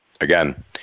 again